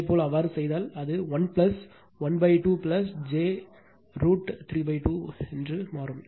இதேபோல் அவ்வாறு செய்தால் அது 1 12 j root 32 ஆக மாறும்